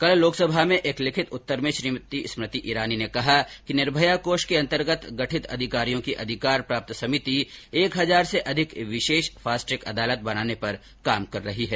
कल लोकसभा में एक लिखित उत्तर में श्रीमती स्मृति ईरानी ने कहा कि निर्भया कोष के अन्तर्गत गठित अधिकारियों की अधिकार प्राप्त समिति एक हजार से अधिक विशेष फास्ट ट्रैक अदालत बनाने पर काम कर रही है